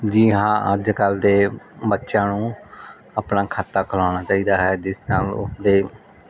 ਜੀ ਹਾਂ ਅੱਜ ਕੱਲ ਦੇ ਬੱਚਿਆਂ ਨੂੰ ਆਪਣਾ ਖਾਤਾ ਖਿਲਾਉਣਾ ਚਾਹੀਦਾ ਹੈ ਜਿਸ ਨਾਲ ਉਸ ਦੇ